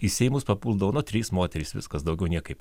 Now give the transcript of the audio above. į seimus papuldavo na trys moterys viskas daugiau niekaip